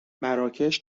مراکش